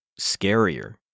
scarier